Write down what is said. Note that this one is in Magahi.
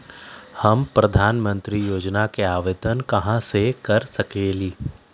हम प्रधानमंत्री योजना के आवेदन कहा से कर सकेली?